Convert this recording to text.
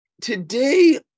today